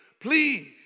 please